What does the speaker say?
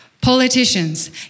Politicians